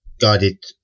guided